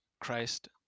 Christ